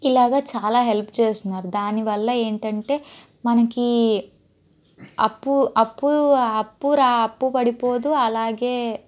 ఇలాగ చాలా హెల్ప్ చేస్తున్నారు దానివల్ల ఏంటంటే మనకి అప్పు అప్పు అప్పురా అప్పు పడిపోదు అలాగే